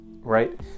right